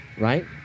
right